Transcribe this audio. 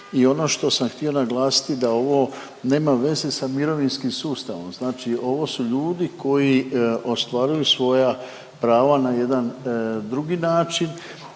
i ono što sam htio naglasiti da ovo nema veze sa mirovinskim sustavom, znači ovo su ljudi koji ostvaruju svoja prava na jedan drugi način